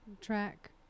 track